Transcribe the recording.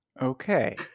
okay